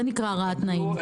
זה נקרא הרעת תנאים.